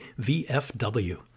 VFW